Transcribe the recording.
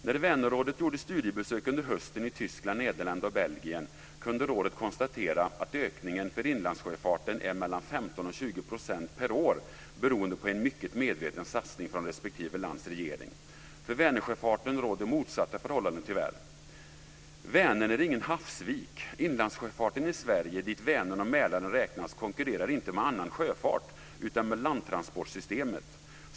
När Vänerrådet under hösten gjorde studiebesök i Tyskland, Nederländerna och Belgien kunde rådet konstatera att ökningen för inlandssjöfartenär mellan 15 och 20 % per år, beroende på en mycket medveten satsning från respektive lands regering. För Vänersjöfarten råder motsatta förhållanden, tyvärr. Vänern är ingen havsvik! Inlandssjöfarten i Sverige, dit trafiken på Vänern och Mälaren räknas, konkurrerar inte med annan sjöfart utan med landtransportsystemet.